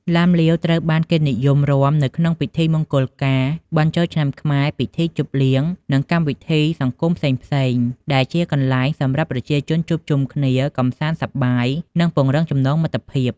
ឡាំលាវត្រូវបានគេនិយមរាំនៅក្នុងពិធីមង្គលការ បុណ្យចូលឆ្នាំខ្មែរ ពិធីជប់លៀង និងកម្មវិធីសង្គមផ្សេងៗ ដែលជាកន្លែងសម្រាប់ប្រជាជនជួបជុំគ្នា កម្សាន្តសប្បាយ និងពង្រឹងចំណងមិត្តភាព។